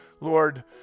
lord